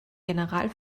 general